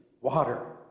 water